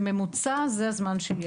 בממוצע זה הזמן שיהיה.